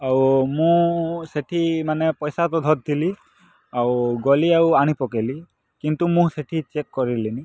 ଆଉ ମୁଁ ସେଠି ମାନେ ପଇସାକୁ ଧରିଥିଲି ଆଉ ଗଲି ଆଉ ଆଣି ପକେଇଲି କିନ୍ତୁ ମୁଁ ସେଠି ଚେକ୍ କରିଲିନି